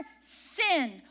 sin